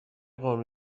قرمه